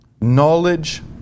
knowledge